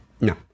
No